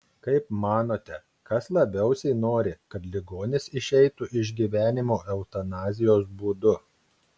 kaip manote kas labiausiai nori kad ligonis išeitų iš gyvenimo eutanazijos būdu